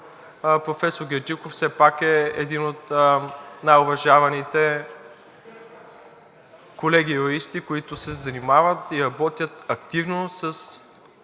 все пак е един от най уважаваните колеги юристи, които се занимават и работят активно с